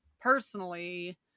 personally